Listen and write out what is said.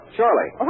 Charlie